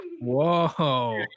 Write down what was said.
whoa